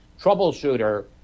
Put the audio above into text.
troubleshooter